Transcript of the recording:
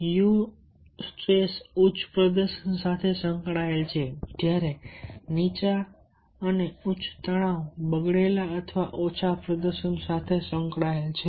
Eu તણાવ ઉચ્ચ પ્રદર્શન સાથે સંકળાયેલ છે જ્યારે નીચા અને ઉચ્ચ તણાવ બગડેલા અથવા ઓછા પ્રદર્શન સાથે સંકળાયેલા છે